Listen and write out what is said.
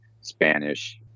Spanish